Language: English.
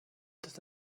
that